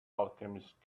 alchemist